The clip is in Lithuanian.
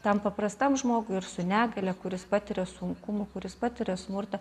tam paprastam žmogui ir su negalia kuris patiria sunkumų kuris patiria smurtą